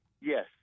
Yes